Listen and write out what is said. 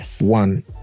one